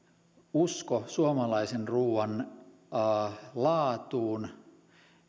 usko suomalaisen ruuan laatuun